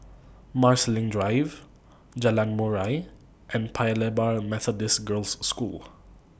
Marsiling Drive Jalan Murai and Paya Lebar Methodist Girls' School